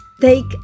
take